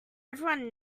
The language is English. everyone